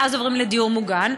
ואז עוברים לדיור מוגן,